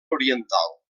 oriental